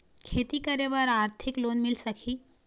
खेती करे बर आरथिक लोन मिल सकही?